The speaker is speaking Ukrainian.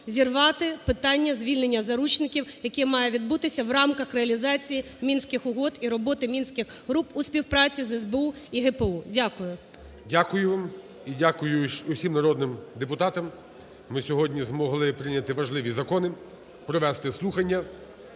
зірвати питання звільнення заручників, яке має відбутися у рамках реалізації Мінських угод і роботи мінських груп у співпраці з СБУ і ГПУ. Дякую. ГОЛОВУЮЧИЙ. Дякую. І дякую всім народним депутатам, що ми сьогодні змогли прийняти важливі закони, провести слухання.